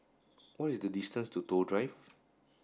what is the distance to Toh Drive